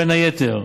בין היתר